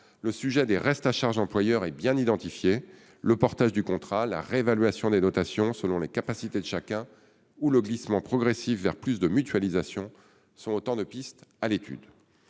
le sujet des restes à charge employeurs est bien identifié. Le portage du contrat, la réévaluation des dotations selon les capacités de chacun ou le glissement progressif vers plus de mutualisation sont autant de pistes à l'étude.